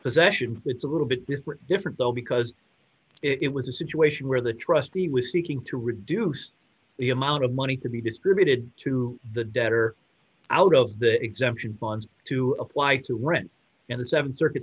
possession it's a little bit different different though because it was a situation where the trustee was seeking to reduce the amount of money to be distributed to the debtor out of the exemption bonds to apply to rent and the th circuit